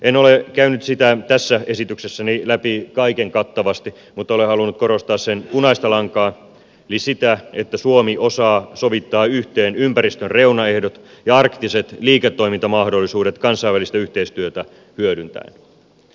en ole käynyt sitä tässä esityksessäni läpi kaiken kattavasti mutta olen halunnut korostaa sen punaista lankaa eli sitä että suomi osaa sovittaa yhteen ympäristön reunaehdot ja arktiset liiketoimintamahdollisuudet kansainvälistä yhteistyötä hyödyntäen